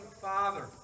father